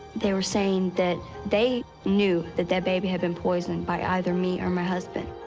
they were saying that they knew that that baby had been poisoned by either me or my husband.